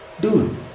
Dude